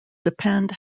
depend